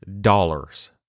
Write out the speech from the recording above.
dollars